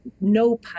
no